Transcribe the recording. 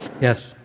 Yes